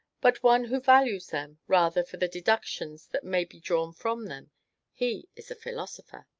but one who values them, rather, for the deductions that may be drawn from them he is a philosopher.